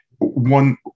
One